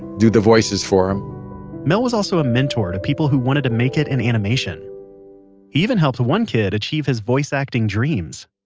do the voices for them mel was also a mentor to people who wanted to make it in animation. he even helped one kid achieve his voice acting dreams.